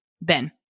ben